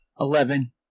Eleven